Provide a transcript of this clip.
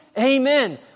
Amen